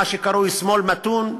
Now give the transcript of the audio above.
מה שקרוי "שמאל מתון",